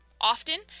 often